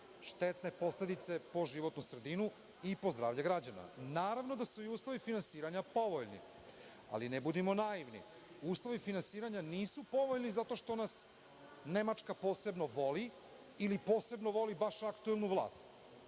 štetne posledice po životnu sredinu i po zdravlje građana. Naravno da su i uslovi finansiranja povoljni. Ali ne budimo naivni. Uslovi finansiranja nisu povoljni zato što nas Nemačka posebno voli ili posebno voli baš aktuelnu vlast.